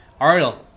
Ariel